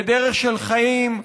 בדרך של חיים,